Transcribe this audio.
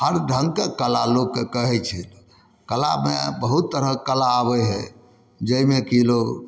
हर ढङ्गके कला लोकके कहै छै कलामे बहुत तरहके कला आबै हइ जाहिमे कि लोक